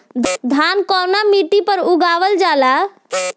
धान कवना मिट्टी पर उगावल जाला?